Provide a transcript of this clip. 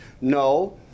no